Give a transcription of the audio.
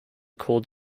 called